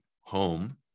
home